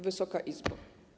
Wysoka Izbo!